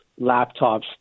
laptops